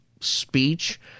speech